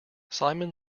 simon